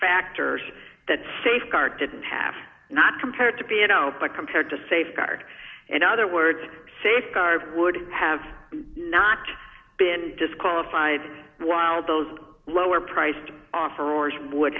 factors that safeguard didn't have not compared to be an open compared to safeguard in other words safeguard would have not been disqualified while those lower priced offer or some would